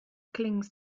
clings